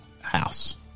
house